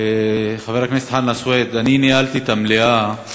חבר הכנסת חנא סוייד, אני ניהלתי את המליאה